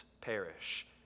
perish